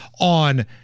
on